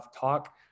talk